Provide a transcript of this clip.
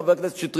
חבר הכנסת שטרית,